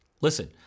listen